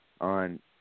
on